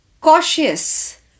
cautious